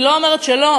אני לא אומרת שלא,